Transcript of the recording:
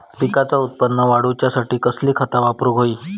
पिकाचा उत्पन वाढवूच्यासाठी कसली खता वापरूक होई?